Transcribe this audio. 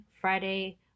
Friday